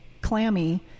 clammy